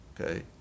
okay